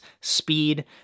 speed